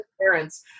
parents